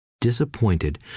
disappointed